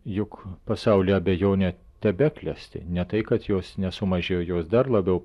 juk pasauly abejonė tebeklesti ne tai kad jos nesumažėjo jos dar labiau